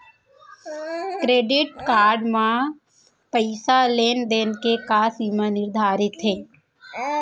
Credit card म पइसा लेन देन के का सीमा निर्धारित हे?